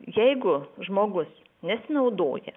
jeigu žmogus nesinaudoja